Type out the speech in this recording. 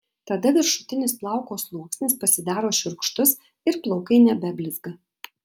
tada viršutinis plauko sluoksnis pasidaro šiurkštus ir plaukai nebeblizga